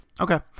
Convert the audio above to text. Okay